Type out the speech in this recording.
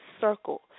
circle